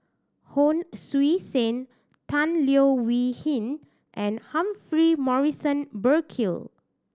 Hon Sui Sen Tan Leo Wee Hin and Humphrey Morrison Burkill